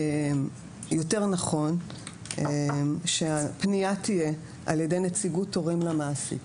יותר נכון שהפנייה תהיה על ידי נציגות הורים למעסיק.